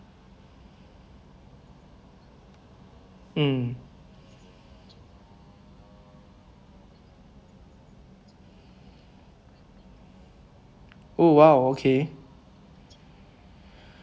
mm oh !wow! okay